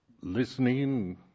listening